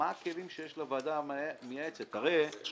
הרי זאת